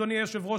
אדוני היושב-ראש,